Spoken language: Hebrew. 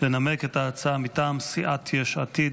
לנמק את ההצעה מטעם סיעת יש עתיד.